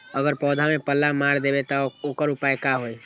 अगर पौधा में पल्ला मार देबे त औकर उपाय का होई?